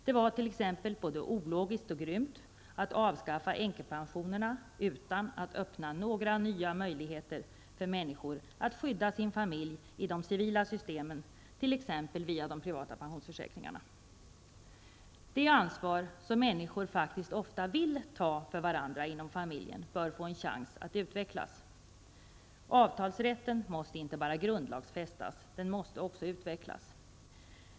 Det var både ologiskt och grymt att avskaffa änkepensionerna utan att öppna några nya möjligheter för människor att skydda sina familjer i de civila systemen, t.ex. via de privata pensionsförsäkringarna. Det ansvar som människor faktiskt ofta vill ta för varandra inom familjen bör få en chans att utvecklas. Avtalsrätten måste inte bara grundlagsfästas, den måste också utvecklas.